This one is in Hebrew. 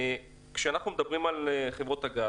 כשאנחנו מדברים על חברות הגז